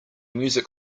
music